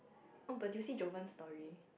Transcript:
oh but do you see Jovan's story